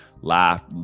Laugh